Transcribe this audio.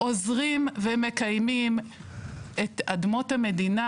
אנחנו עוזרים ומקיימים את אדמות המדינה,